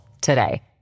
today